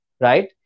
right